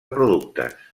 productes